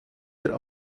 der